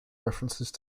reference